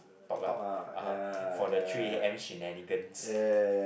talk lah (uh huh) for the three A_M shenanigans